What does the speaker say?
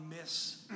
miss